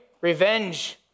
Revenge